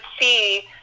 see